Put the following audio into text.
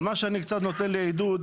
אבל מה שקצת מעודד אותי,